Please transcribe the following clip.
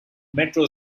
metro